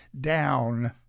down